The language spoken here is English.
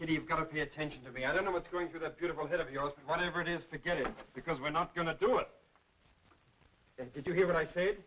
you've got to pay attention to me i don't know what's going through the beautiful head of yours whatever it is to get it because we're not going to do it did you hear what i say